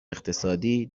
اقتصادی